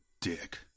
dick